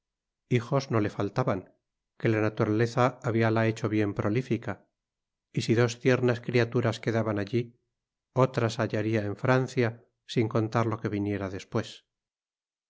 hijos no le faltaban que la naturaleza habíala hecho bien prolífica y si dos tiernas criaturas quedaban aquí otras hallaría en francia sin contar lo que viniera después